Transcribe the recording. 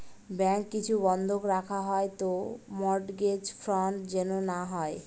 bank কিছু বন্ধক রাখা হয় তো মর্টগেজ ফ্রড যেন না হয়